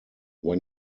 when